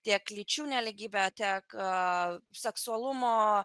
tiek lyčių nelygybę tiek seksualumo